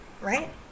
right